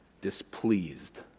displeased